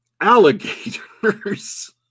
alligators